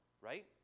right